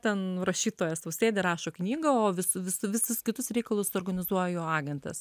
ten rašytojas sau sėdi rašo knygą o visų visų visus kitus reikalus suorganizuoju agentas